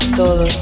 todo